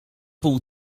pół